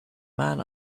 man